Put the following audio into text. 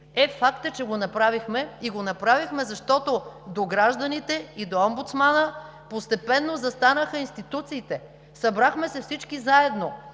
Е, факт е, че го направихме и го направихме, защото до гражданите и до омбудсмана постепенно застанаха институциите, събрахме се всички заедно